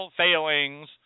failings